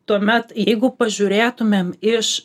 tuomet jeigu pažiūrėtumėm iš